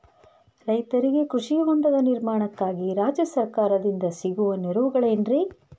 ರೈತರಿಗೆ ಕೃಷಿ ಹೊಂಡದ ನಿರ್ಮಾಣಕ್ಕಾಗಿ ರಾಜ್ಯ ಸರ್ಕಾರದಿಂದ ಸಿಗುವ ನೆರವುಗಳೇನ್ರಿ?